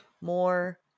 more